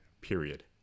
period